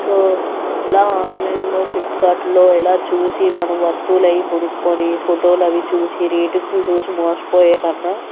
so ఇలా ఆన్లైన్లో ఫ్లిప్కార్టుల్లో ఇలా చూసి మనం వస్తువులు అవి కొనుక్కుని ఫొటోలవి చూసి రేటింగుని చూసి మోసపోయేకన్నా